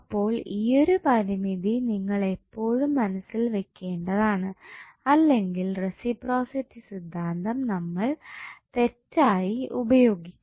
അപ്പോൾ ഈയൊരു പരിമിതി നിങ്ങൾ എപ്പോഴും മനസ്സിൽ വെക്കേണ്ടതാണ് അല്ലെങ്കിൽ റസിപ്രോസിറ്റി സിദ്ധാന്തം നമ്മൾ തെറ്റായി ഉപയോഗിക്കും